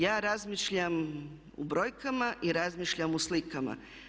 Ja razmišljam u brojkama i razmišljam u slikama.